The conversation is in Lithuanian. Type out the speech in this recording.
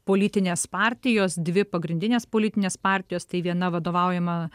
politinės partijos dvi pagrindinės politinės partijos tai viena vadovaujama